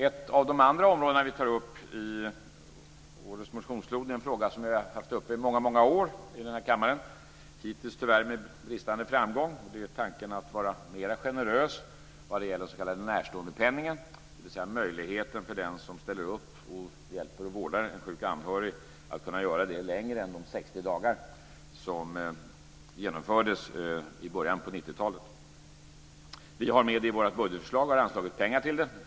Ett annat område som tas upp i årets motionsflod är en fråga som har varit uppe i denna kammare i många år - hittills tyvärr med bristande framgång. Det gäller tanken att vara mera generös i fråga om den s.k. närståendepenningen, dvs. möjligheten för den som ställer upp och vårdar en sjuk anhörig. Vi vill utöka den möjligheten längre än till de 60 dagar som infördes i början av 90-talet. Vi har med det i vårt budgetförslag och har anslagit pengar till det.